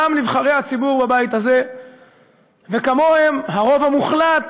גם נבחרי הציבור בבית הזה וכמותם הרוב המוחלט